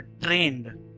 trained